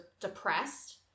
depressed